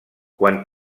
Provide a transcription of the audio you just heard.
quan